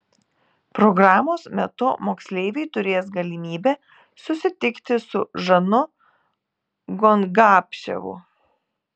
programos metu moksleiviai turės galimybę susitikti su žanu gongapševu